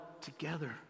together